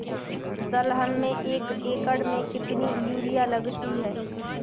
दलहन में एक एकण में कितनी यूरिया लगती है?